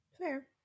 fair